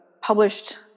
published